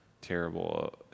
terrible